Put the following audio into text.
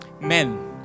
men